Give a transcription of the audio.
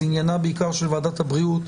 זה בעיקר עניינה של ועדת הבריאות.